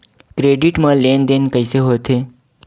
Credit मा लेन देन कइसे होथे?